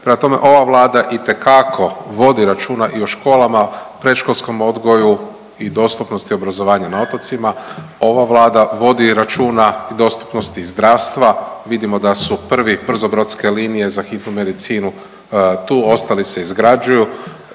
Prema tome, ova Vlada itekako vodi računa i o školama, predškolskom odgoju i dostupnosti obrazovanja na otocima. Ova Vlada vodi računa i dostupnosti zdravstva. Vidimo da su prvi brzo brodske linije za hitnu medicinu tu, ostali se izgrađuju.